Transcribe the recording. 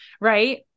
right